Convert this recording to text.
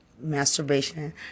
masturbation